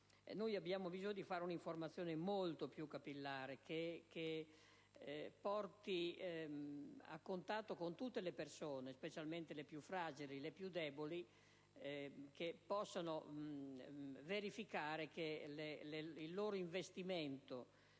Abbiamo bisogno di fare una informazione molto più capillare, che porti a contatto con tutte le persone, specialmente le più fragili e deboli, affinché possano verificare il loro investimento